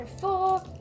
four